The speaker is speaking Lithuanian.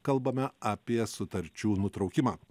kalbame apie sutarčių nutraukimą